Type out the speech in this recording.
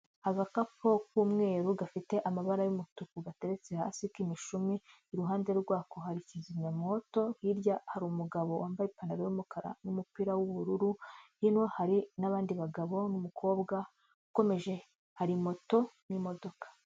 Agakapu k'umweru gafite amabara y'umutuku, gateretse hasi k'imishumi, iruhande rwako hari kizimyamwoto, hirya hari umugabo wambaye ipantaro y'umukara n'umupira w'ubururu, hino hari n'abandi bagabo n'umukobwa, ukomeje hari moto n'imodoka.